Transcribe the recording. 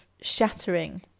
shattering